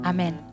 Amen